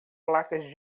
placas